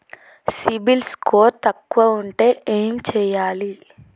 CIBIL score తక్కువ ఉంటే ఏం చేయాలి?